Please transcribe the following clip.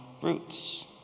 roots